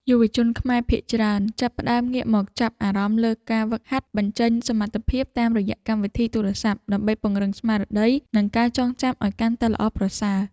យុវជនខ្មែរភាគច្រើនចាប់ផ្តើមងាកមកចាប់អារម្មណ៍លើការហ្វឹកហាត់បញ្ចេញសមត្ថភាពតាមរយៈកម្មវិធីទូរស័ព្ទដើម្បីពង្រឹងស្មារតីនិងការចងចាំឱ្យកាន់តែល្អប្រសើរ។